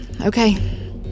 Okay